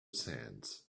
sands